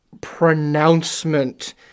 pronouncement